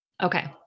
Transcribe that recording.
Okay